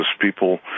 people